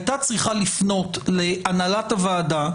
הייתה צריכה לפנות להנהלת הוועדה,